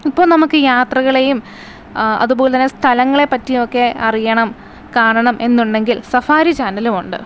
ഇപ്പം നമക്ക് യാത്രകളെയും അതുപോലെ തന്നെ സ്ഥലങ്ങളെപ്പറ്റിയും ഒക്കെ അറിയണം കാണണം എന്നുണ്ടെങ്കിൽ സഫാരി ചാനലുമുണ്ട്